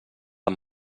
amb